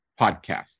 podcast